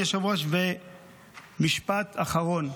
אדוני היושב-ראש, משפט אחרון: